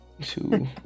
two